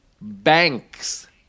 Banks